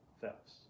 thefts